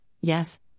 yes